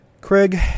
Craig